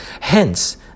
Hence